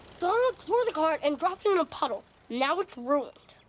donald tore the card and dropped it in a puddle. now it's ruined.